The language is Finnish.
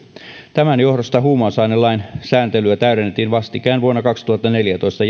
tämän johdosta huumausainelain sääntelyä täydennettiin vastikään vuonna kaksituhattaneljätoista